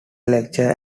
lecturer